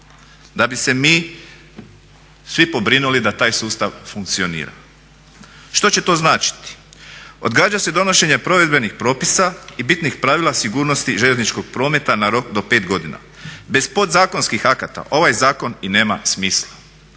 da bi se mi svi pobrinuli da taj sustav funkcionira. Što će to značiti? Odgađa se donošenje provedbenih propisa i bitnih pravila sigurnosti željezničkog prometa na rok do 5 godina. Bez podzakonskih akta ovaj zakon i nema smisla